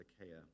Achaia